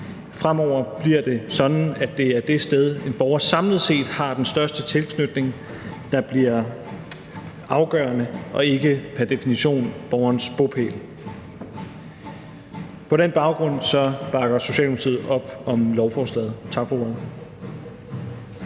Fremover bliver det sådan, at det er det sted, en borger samlet set har den største tilknytning, der bliver afgørende og ikke pr. definition borgerens bopæl. På den baggrund bakker Socialdemokratiet op om lovforslaget. Tak for ordet.